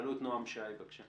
תעלו את נועם שי, בבקשה.